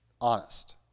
honest